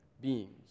beings